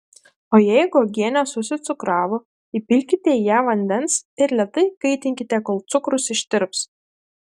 o jeigu uogienė susicukravo įpilkite į ją vandens ir lėtai kaitinkite kol cukrus ištirps